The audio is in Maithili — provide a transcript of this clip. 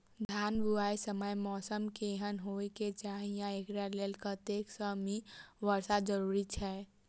धान बुआई समय मौसम केहन होइ केँ चाहि आ एकरा लेल कतेक सँ मी वर्षा जरूरी छै?